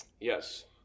Yes